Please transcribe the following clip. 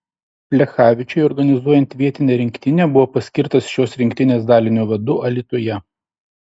plechavičiui organizuojant vietinę rinktinę buvo paskirtas šios rinktinės dalinio vadu alytuje